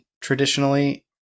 traditionally